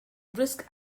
brisk